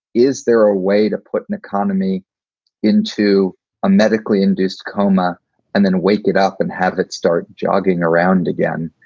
is there a way to put an economy into a medically induced coma and then wake it up and have it start jogging around again?